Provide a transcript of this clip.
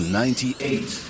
ninety-eight